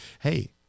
hey